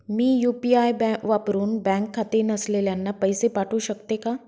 मी UPI वापरुन bank खाते नसलेल्यांना पैसे पाठवू शकते का?